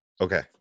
Okay